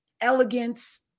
elegance